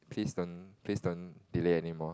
please don't please don't delay anymore